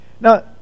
Now